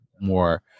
more